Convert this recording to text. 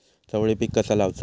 चवळी पीक कसा लावचा?